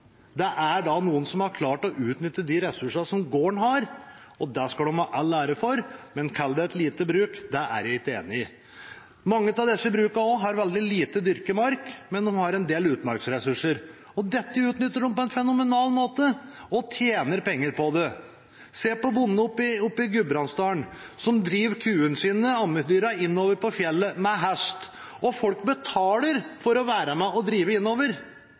Det er noen som da har klart å utnytte de ressursene som gården har, og det skal de ha all ære av, men å kalle det et lite bruk er jeg ikke enig i. Mange av disse brukene har veldig lite dyrket mark, men de har en del utmarksressurser. Dette utnytter de på en fenomenal måte og tjener penger på det. Se på bonden i Gudbrandsdalen som driver kuene sine, ammedyra, innover på fjellet med hest. Folk betaler for å være med og drive innover.